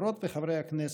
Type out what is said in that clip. חברות וחברי הכנסת,